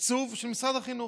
בתקצוב של משרד החינוך.